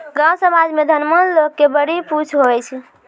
गाँव समाज मे धनवान लोग के बड़ी पुछ हुवै छै